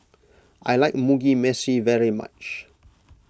I like Mugi Meshi very much